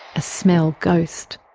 a smell ghost.